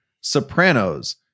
sopranos